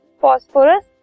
Phosphorus